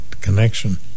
connection